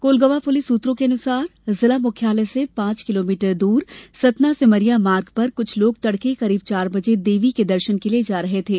Kolgawan police सूत्रों के अनुसार जिला मुख्यालय से पांच किलोमीटर दूर सतना सेमरिया मार्ग पर कुछ लोग तड़के करीब चार बजे देवी के दर्शन के लिए जा रहे थे